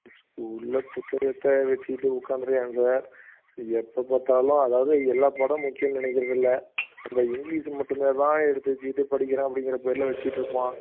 ஸ்கூலில் புத்தகத்தை வச்சுக்கிட்டு உட்காந்துருக்கான் சார் எப்போ பார்த்தாலும் அதாவது எல்லா பாடமும் முக்கியன்னு நினைக்கிறதில்ல அந்த இங்கிலீஷ் மட்டுமேதான் எடுத்து வச்சுக்கிட்டு படிக்கிற அப்படிங்கிற பேரில் வச்சுட்ருப்பான்